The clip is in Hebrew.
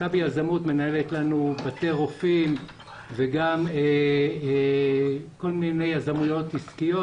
מכבי יזמות מנהלת לנו בתי רופאים וגם כל מיני יזמויות עסקיות.